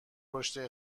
رشدی